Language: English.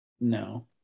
no